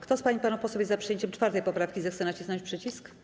Kto z pań i panów posłów jest za przyjęciem 4. poprawki, zechce nacisnąć przycisk.